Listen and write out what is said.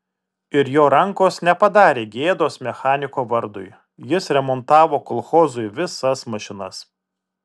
ir jo rankos nepadarė gėdos mechaniko vardui jis remontavo kolchozui visas mašinas